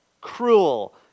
cruel